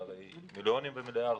זה מיליונים ומיליארדים.